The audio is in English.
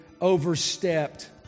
overstepped